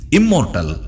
immortal